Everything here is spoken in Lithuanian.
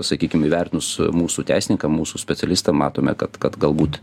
sakykim įvertinus mūsų teisininką mūsų specialistą matome kad kad galbūt